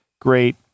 great